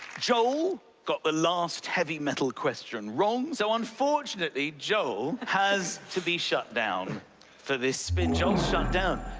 joel got the last heavy metal question wrong, so unfortunately, joel has to be shut down for this spin. joel's shut down.